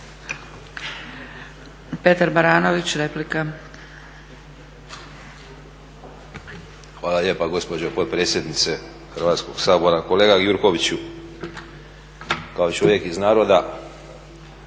Petar (Reformisti)** Hvala lijepa gospođo potpredsjednice Hrvatskog sabora. Kolega Gjurkoviću, kao čovjek iz naroda